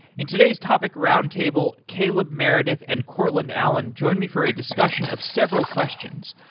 in today's topic roundtable, caleb meredith and courtland allen join me for a discussion of several questions.